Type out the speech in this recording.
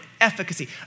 efficacy